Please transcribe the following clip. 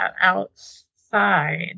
outside